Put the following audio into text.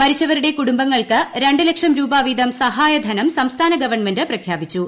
മരിച്ചവരുടെ കുടുംബങ്ങൾക്ക് രണ്ട് ലക്ഷം രൂപ വീതം സഹായധനം സംസ്ഥാന ഗവൺമെന്റ് പ്രഖ്യാപിച്ചു